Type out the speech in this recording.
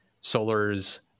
Solar's